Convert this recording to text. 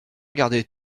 regardé